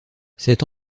cette